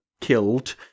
killed